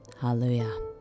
Hallelujah